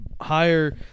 higher